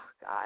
God